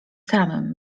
samym